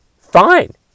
Fine